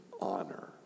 honor